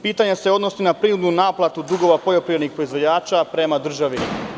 Pitanja se odnose na prinudnu naplatu dugova poljoprivrednih proizvođača prema državi.